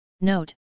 Note